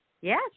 Yes